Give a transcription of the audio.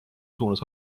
suunas